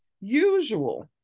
usual